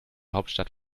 hauptstadt